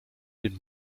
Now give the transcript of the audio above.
den